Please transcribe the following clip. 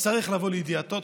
זה יצטרך לבוא לידיעתו.